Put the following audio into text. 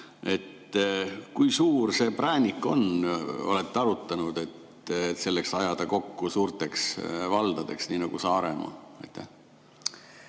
Kui suur see präänik on, olete arutanud, selleks et ajada kokku suurteks valdadeks nii nagu Saaremaa?